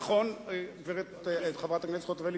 נכון, חברת הכנסת חוטובלי?